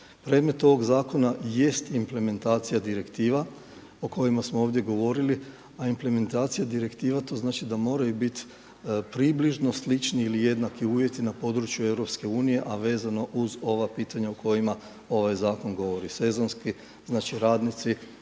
Predmet ovog zakona jest implementacija direktiva o kojima smo ovdje govorili, a implementacija direktiva to znači da moraju biti približno slični ili jednaki uvjeti na području EU, a vezano uz ova pitanja u kojima ovaj zakon govori sezonski, znači radnici.